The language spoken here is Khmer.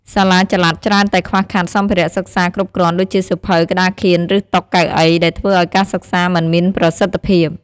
សាលាចល័តច្រើនតែខ្វះខាតសម្ភារៈសិក្សាគ្រប់គ្រាន់ ដូចជាសៀវភៅ ក្ដារខៀន ឬតុ កៅអី ដែលធ្វើអោយការសិក្សាមិនមានប្រសិទ្ធភាព។